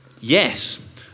Yes